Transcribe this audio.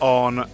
on